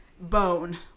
bone